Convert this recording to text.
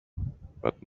but